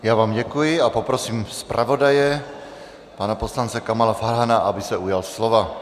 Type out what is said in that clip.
Já vám děkuji a poprosím zpravodaje, pana poslance Kamala Farhana, aby se ujal slova.